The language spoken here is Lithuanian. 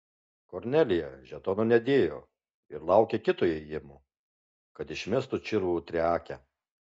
kornelija žetono nedėjo ir laukė kito ėjimo kad išmestų čirvų triakę